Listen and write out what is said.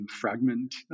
Fragment